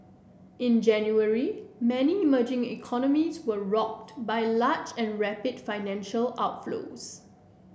in January many emerging economies were rocked by large and rapid financial outflows